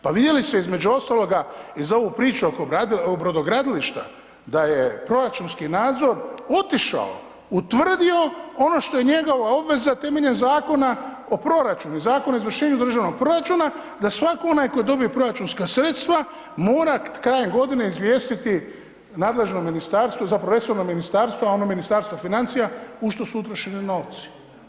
Pa vidjeli ste između ostaloga i za ovu priču oko brodogradilišta da je proračunski nadzor otišao, utvrdio ono što je njegova obveza temeljem Zakona o proračunu, Zakona o izvršenju državnog proračuna, da svatko onaj tko dobije proračunska sredstava mora krajem godine izvijestiti nadležno ministarstvo, zapravo resorno ministarstvo, a ono ministarstvo financija u što su utrošeni novci.